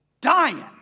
dying